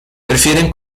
prefieren